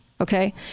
Okay